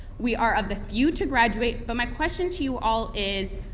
we are of the few to graduate, but my question to you all is,